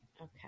Okay